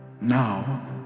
Now